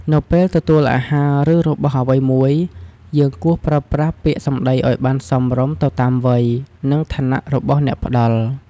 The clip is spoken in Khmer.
នៅពេលទទួលអាហារ ឬរបស់អ្វីមួយ យើងគួរប្រើប្រាស់ពាក្យសម្ដីឲ្យបានសមរម្យទៅតាមវ័យ និងឋានៈរបស់អ្នកផ្ដល់។